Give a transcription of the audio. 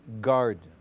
garden